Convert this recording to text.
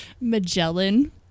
Magellan